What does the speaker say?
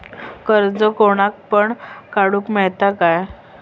कर्ज कोणाक पण काडूक मेलता काय?